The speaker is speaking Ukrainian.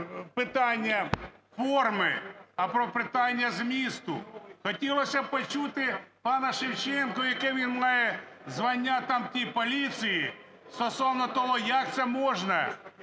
питання форми, а про питання змісту. Хотілось ще б почути пана Шевченка, яке він має звання там в тій поліції, стосовно того, як це можна